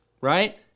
right